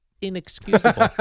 inexcusable